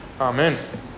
Amen